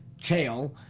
Chael